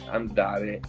andare